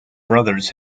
brothers